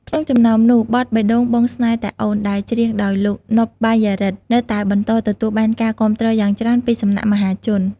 ក្នុងចំណោមនោះ បទ "បេះដូងបងស្នេហ៍តែអូន" ដែលច្រៀងដោយលោក ណុប បាយ៉ារិទ្ធ នៅតែបន្តទទួលបានការគាំទ្រយ៉ាងច្រើនពីសំណាក់មហាជន។